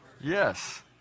Yes